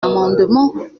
amendements